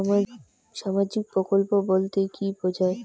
সামাজিক প্রকল্প বলতে কি বোঝায়?